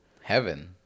Heaven